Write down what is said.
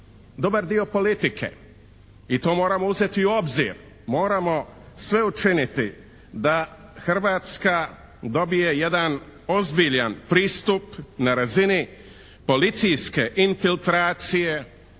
dobar dio politike i to moramo uzeti u obzir. Moramo sve učiniti da Hrvatska dobije jedan ozbiljan pristup na razini policijske infiltracije,